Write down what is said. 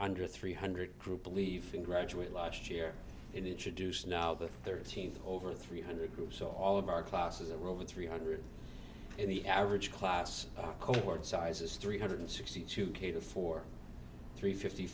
under three hundred group believe in graduate last year and introduce now that thirteenth over three hundred groups so all of our classes are over three hundred and the average class cohort size is three hundred sixty two k to four three fifty